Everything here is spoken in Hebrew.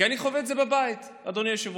כי אני חווה את זה בבית, אדוני היושב-ראש.